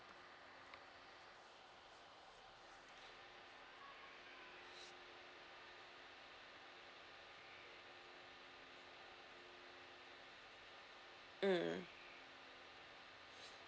mm